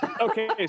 Okay